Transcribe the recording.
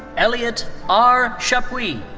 eliot r. chapius.